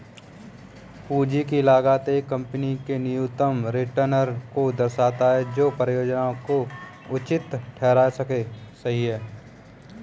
पूंजी की लागत एक कंपनी के न्यूनतम रिटर्न को दर्शाता है जो परियोजना को उचित ठहरा सकें